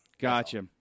Gotcha